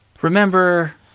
remember